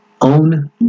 own